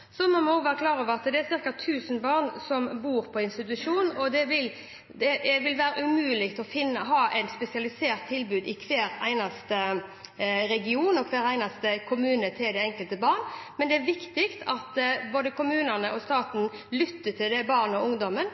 Så må vi også være klar over at det er ca. 1 000 barn som bor på institusjon, og det vil være umulig å ha et spesialisert tilbud til det enkelte barn i hver eneste region og hver eneste kommune. Men det er viktig at både kommunene og staten lytter til det barnet og den ungdommen